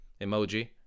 emoji